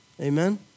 Amen